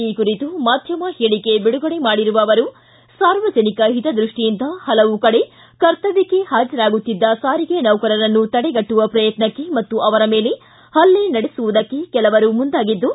ಈ ಕುರಿತು ಮಾಧ್ಯಮ ಹೇಳಕೆ ಬಿಡುಗಡೆ ಮಾಡಿರುವ ಅವರು ಸಾರ್ವಜನಿಕ ಹಿತದೃಷ್ಟಿಯಿಂದ ಹಲವು ಕಡೆ ಕರ್ತವ್ಯಕ್ಷೆ ಹಾಜರಾಗುತ್ತಿದ್ದ ಸಾರಿಗೆ ನೌಕರರನ್ನು ತಡೆಗಟ್ಟುವ ಪ್ರಯತ್ನಕ್ಕೆ ಮತ್ತು ಅವರ ಮೇಲೆ ಹಲ್ಲೆ ನಡೆಸುವುದಕ್ಕೆ ಕೆಲವರು ಮುಂದಾಗಿದ್ದು